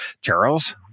Charles